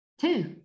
two